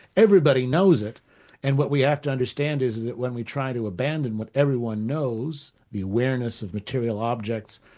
everybody knows it and what we have to understand is that when we try to abandon what everyone knows the awareness of material objects,